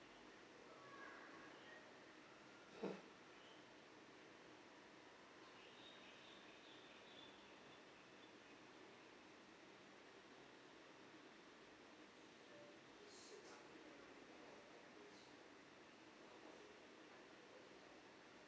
mm